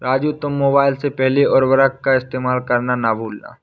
राजू तुम मोबाइल से पहले उर्वरक का इस्तेमाल करना ना भूलना